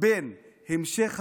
בין המשך הכיבוש,